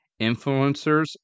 influencers